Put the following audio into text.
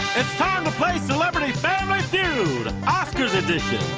ah and play celebrity family feud oscars edition.